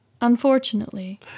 unfortunately